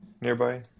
nearby